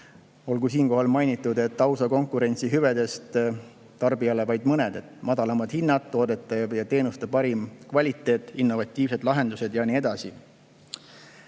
Olgu siinkohal mainitud ausa konkurentsi hüvedest tarbijale vaid mõned: madalamad hinnad, toodete ja teenuste parem kvaliteet, innovatiivsed lahendused ja nii edasi.